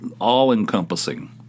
all-encompassing